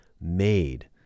made